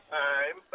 time